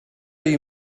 you